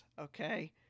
okay